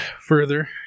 further